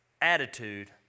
attitude